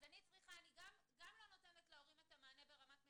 אז אני גם לא נותנת להורים את המענה ברמת מדינה,